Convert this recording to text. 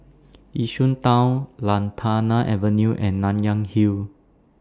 Yishun Town Lantana Avenue and Nanyang Hill